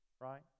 right